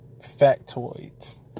factoids